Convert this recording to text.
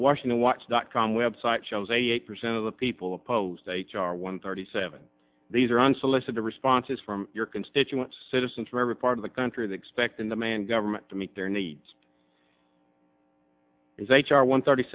awash in the watch dot com website shows eight percent of the people opposed h r one thirty seven these are unsolicited responses from your constituents citizens from every part of the country they expect in the man government to meet their needs is h r one thirty